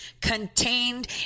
contained